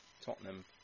Tottenham